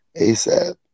ASAP